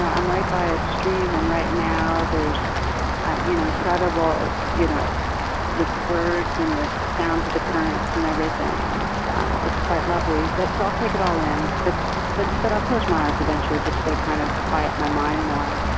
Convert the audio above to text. i'm right by a stream and, right now, there's you know incredible you know birds and the sounds of the current and everything it's ah it's quite lovely but so i'll take it all in. but but but i'll close my eyes eventually just to kind of quiet my mind more.